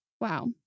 Wow